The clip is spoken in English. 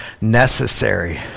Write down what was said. necessary